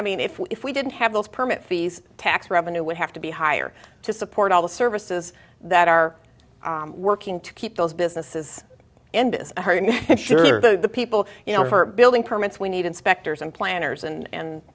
i mean if we if we didn't have those permit fees tax revenue would have to be higher to support all the services that are working to keep those businesses and ensure the people you know her building permits we need inspectors and planners and